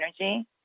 energy